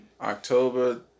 October